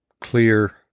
clear